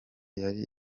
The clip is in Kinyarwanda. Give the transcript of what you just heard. yari